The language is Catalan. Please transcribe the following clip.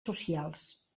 socials